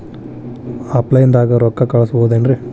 Offline ದಾಗ ರೊಕ್ಕ ಕಳಸಬಹುದೇನ್ರಿ?